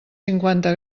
cinquanta